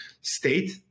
state